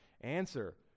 Answer